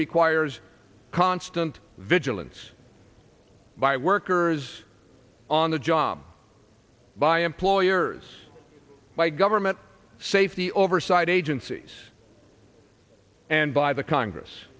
requires constant vigilance by workers on the job by employers by government safety oversight agencies and by the congress